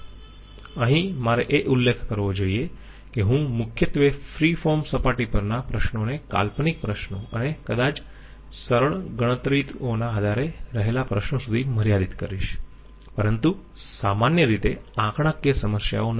અહીં મારે એ ઉલ્લેખ કરવો જોઈયે કે હું મુખ્યત્વે ફ્રી ફોર્મ સપાટી પરના પ્રશ્નોને કાલ્પનિક પ્રશ્નો અને કદાચ સરળ ગણતરીઓના આધારે રહેલા પ્રશ્નો સુધી મર્યાદિત કરીશ પરંતુ સામાન્ય રીતે આંકડાકીય સમસ્યાઓ નહીં